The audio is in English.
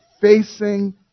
facing